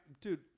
dude